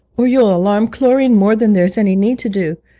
or you'll alarm chlorine more than there's any need to do.